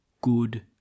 good